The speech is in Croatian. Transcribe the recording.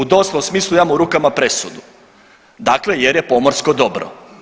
U doslovnom smislu imam u rukama presudu, dakle jer je pomorsko dobro.